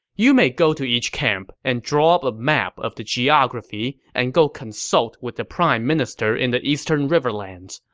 you may go to each camp and draw up a map of the geography and go consult with the prime minister in the eastern riverlands,